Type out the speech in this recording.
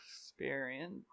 experience